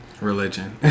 Religion